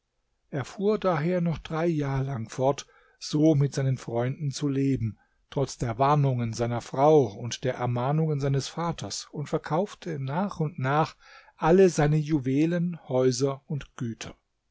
er fuhr daher noch drei jahr lang fort so mit seinen freunden zu leben trotz der warnungen seiner frau und der ermahnungen seines vaters und verkaufte nach und nach alle seine juwelen häuser und güter